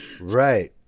Right